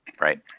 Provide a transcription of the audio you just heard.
Right